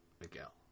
Miguel